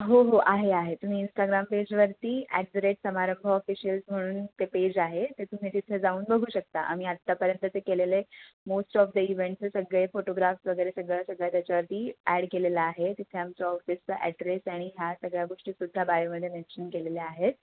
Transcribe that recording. हो हो आहे आहे तुम्ही इंस्टाग्राम पेजवरती at the rate Samarambh officials म्हणून ते पेज आहे ते तुम्ही तिथे जाऊन बघू शकता आम्ही आत्तापर्यंत ते केलेले मोस्ट ऑफ द इवेंट्सचे सगळे फोटोग्राफ्स वगैरे सगळ्या सगळ्या त्याच्यावरती ॲड केलेलं आहे तिथे आमच्या ऑफिसचा ॲड्रेस आणि ह्या सगळ्या गोष्टीसुद्धा बायोमध्ये मेन्शन केलेल्या आहेत